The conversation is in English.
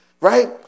Right